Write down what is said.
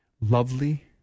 lovely